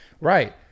Right